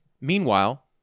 Meanwhile